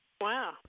Wow